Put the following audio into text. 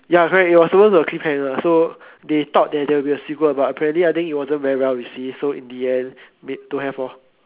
ya correct it was supposed to have cliffhanger so they thought that there will be a sequel but apparently I think it wasn't well received so in the end don't have lor